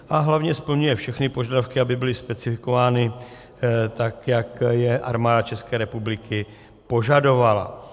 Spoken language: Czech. A hlavně splňuje všechny požadavky, aby byly specifikovány tak, jak je Armáda České republiky požadovala.